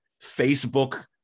Facebook